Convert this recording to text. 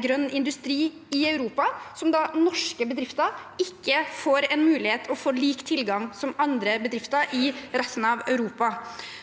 grønn industri i Europa, og hvor norske bedrifter ikke får samme mulighet til å få lik tilgang som bedrifter i resten av Europa.